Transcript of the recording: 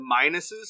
minuses